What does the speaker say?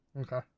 Okay